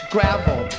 Gravel